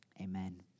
Amen